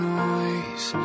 noise